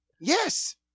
Yes